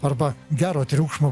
arba gero triukšmo